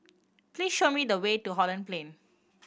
please show me the way to Holland Plain